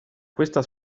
questa